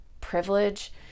privilege